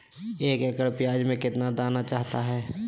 एक एकड़ प्याज में कितना दाना चाहता है?